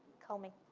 call me.